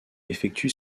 effectue